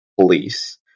police